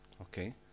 Okay